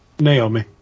Naomi